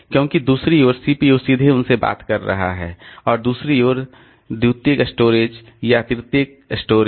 क्योंकि दूसरी ओर सीपीयू सीधे उनसे बात कर रहा है और दूसरी ओर द्वितीयक स्टोरेज या तृतीयक स्टोरेज